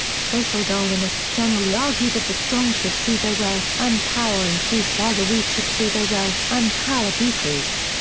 social darwinists generally argue that the strong should see their wealth and power increase while the weak should see their wealth and power decrease.